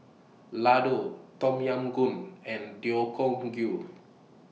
Ladoo Tom Yam Goong and Gui